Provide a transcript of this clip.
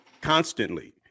constantly